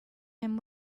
him